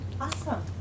Awesome